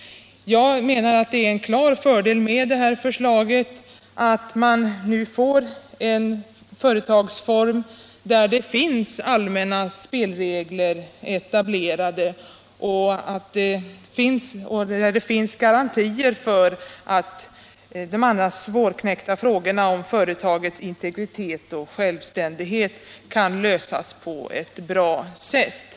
Jag menar att en klar fördel med utskottets förslag är att man valt en lösning där allmänna spelregler är etablerade och där det finns garantier för att de annars svårknäckta frågorna om företagets integritet och själv = Nr 41 ständighet kan lösas på ett bra sätt.